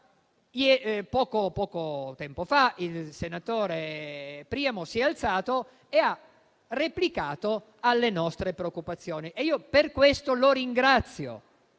Poco tempo fa il senatore Priamo si è alzato e ha replicato alle nostre preoccupazioni e io per questo lo ringrazio.